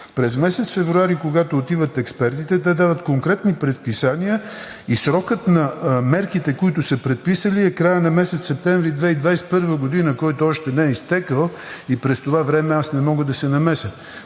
през месец февруари, когато отиват експертите, те дават конкретни предписания и срокът на мерките, които са предписали, е краят на месец септември 2021 г., който още не е изтекъл, и през това време аз не мога да се намеся.